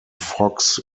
fox